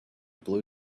blue